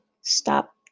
stop